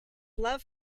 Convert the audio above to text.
love